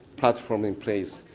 platform in place.